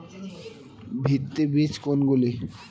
ভিত্তি বীজ কোনগুলি?